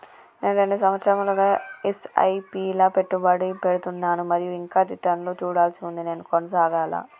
నేను రెండు సంవత్సరాలుగా ల ఎస్.ఐ.పి లా పెట్టుబడి పెడుతున్నాను మరియు ఇంకా రిటర్న్ లు చూడాల్సి ఉంది నేను కొనసాగాలా?